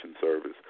service